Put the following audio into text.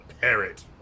parrot